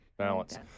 balance